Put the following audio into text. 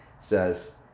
says